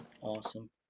Awesome